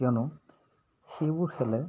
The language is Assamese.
কিয়নো সেইবোৰ খেলে